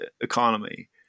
economy